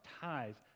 tithes